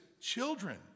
children